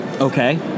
Okay